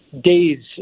days